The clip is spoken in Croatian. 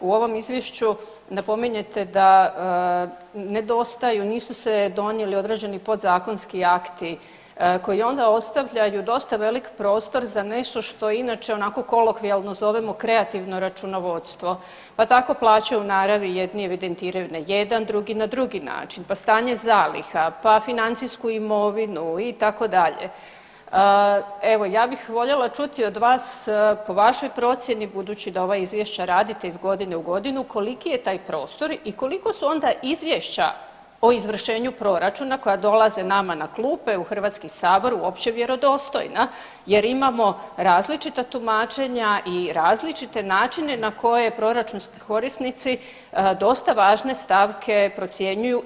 U ovom izvješću napominjete da nedostaju, nisu se donijeli određeni podzakonski akti koji onda ostavljaju dosta velik prostor za nešto što inače onako kolokvijalno zovemo kreativno računovodstvo, pa tako plaću u naravi jedni evidentiraju na jedan, drugi na drugi način, pa stanje zaliha, pa financijsku imovinu itd., evo ja bih voljela čuti od vas po vašoj procjeni budući da ova izvješća radite iz godine u godinu koliki je taj prostor i koliko su onda izvješća o izvršenju proračuna koja dolaze nama na klupe u HS uopće vjerodostojna jer imamo različita tumačenja i različite načine na koje proračunski korisnici dosta važne stavke procjenjuju i prikazuju?